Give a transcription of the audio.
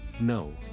No